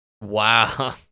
Wow